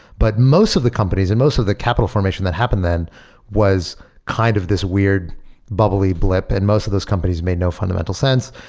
but most of the companies and most of the capital formation that happened then was kind of this weird bubbly blip and most of those companies may know fundamental sense.